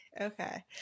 okay